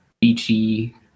beachy